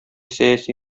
сәяси